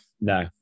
No